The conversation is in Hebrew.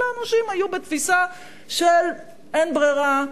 אלא אנשים היו בתפיסה של "אין ברירה,